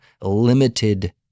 limited